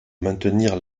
maintenir